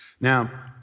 Now